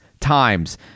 times